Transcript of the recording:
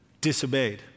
disobeyed